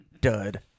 dud